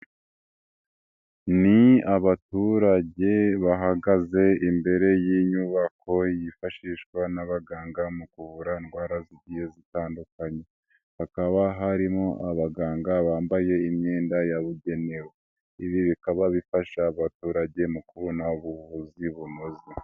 Ni abaturage bahagaze imbere y'inyubako yifashishwa n'abaganga mu kuvura indwara zigiye zitandukanye, hakaba harimo abaganga bambaye imyenda yabugenewe, ibi bikaba bifasha abaturage mu kubona ubuvuzi bunoze.